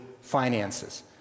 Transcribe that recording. finances